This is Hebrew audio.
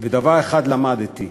ודבר אחד למדתי: